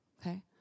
okay